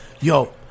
yo